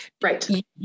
Right